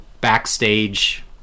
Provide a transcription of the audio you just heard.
backstage